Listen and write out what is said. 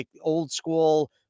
old-school